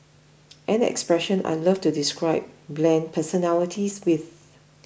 an expression I love to describe bland personalities with